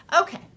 okay